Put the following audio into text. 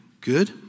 good